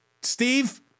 Steve